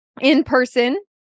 in-person